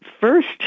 first